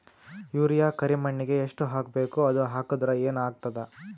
Urea ಕರಿಮಣ್ಣಿಗೆ ಎಷ್ಟ್ ಹಾಕ್ಬೇಕ್, ಅದು ಹಾಕದ್ರ ಏನ್ ಆಗ್ತಾದ?